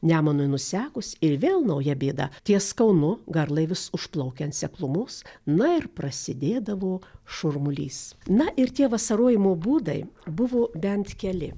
nemunui nusekus ir vėl nauja bėda ties kaunu garlaivis užplaukia ant seklumos na ir prasidėdavo šurmulys na ir tie vasarojimo būdai buvo bent keli